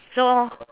so